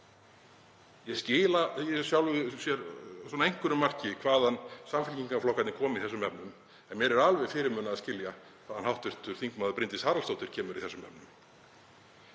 Ég skil í sjálfu sér að einhverju marki hvaðan samfylkingarflokkarnir komu í þessum efnum en mér er alveg fyrirmunað að skilja hvaðan hv. þm. Bryndís Haraldsdóttir kemur í þeim efnum.